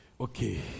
Okay